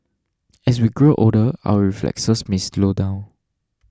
as we grow older our reflexes may slow down